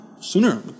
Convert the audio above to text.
sooner